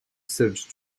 search